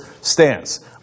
stance